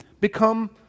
become